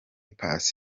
pass